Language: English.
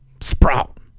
sprout